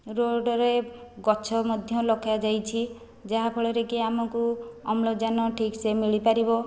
ରୋଡ଼ରେ ଗଛ ମଧ୍ୟ ଲଗାଯାଇଛି ଯାହାଫଳରେ କି ଆମକୁ ଅମ୍ଳଜାନ ଠିକ୍ ସେ ମିଳିପାରିବ